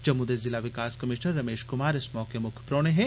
जम्मू दे जिला विकास कमीशनर रमेश कुमार इस मौके मुक्ख परौह्ने हे